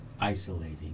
isolating